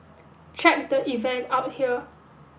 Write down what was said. check the event out here